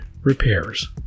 repairs